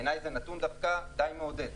בעיניי, זה נתון דווקא די מעודד.